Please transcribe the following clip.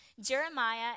Jeremiah